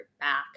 back